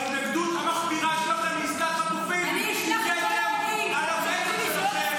ההתנגדות המחפירה שלכם לעסקת חטופים היא כתם על המצח שלכם,